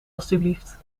alstublieft